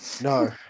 No